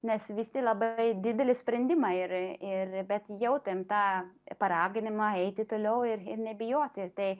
mes visi labai didelį sprendimą ir bet jautėm tą paraginimą eiti toliau ir ir nebijoti tai